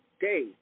day